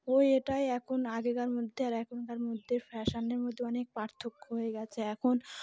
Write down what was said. ও এটাই এখন আগেকার মধ্যে আর এখনকার মধ্যে ফ্যাশনের মধ্যে অনেক পার্থক্য হয়ে গেছে এখন